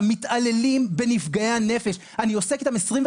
בגלל תנאי העסקה ירודים?